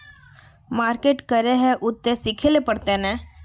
Market करे है उ ते सिखले पड़ते नय?